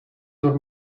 nur